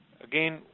Again